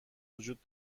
وجود